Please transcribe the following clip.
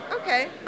okay